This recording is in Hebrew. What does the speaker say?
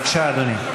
בבקשה, אדוני.